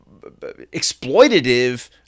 exploitative